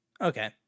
okay